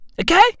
Okay